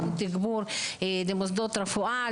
ייתנו תגבור למוסדות רפואה,